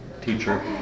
teacher